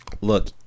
look